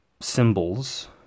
Symbols